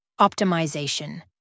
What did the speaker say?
Optimization